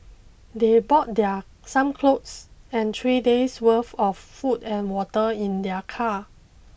they brought their some clothes and three days' worth of food and water in their car